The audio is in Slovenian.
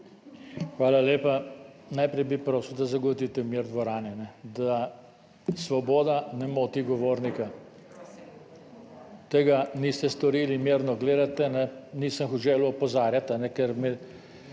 Hvala lepa. Najprej bi prosil, da zagotovite mir v dvorani. Da Svoboda ne moti govornika. Tega niste storili, mirno gledate, nisem želel opozarjati, ker